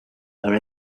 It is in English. are